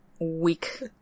Weak